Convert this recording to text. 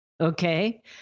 okay